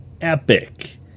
epic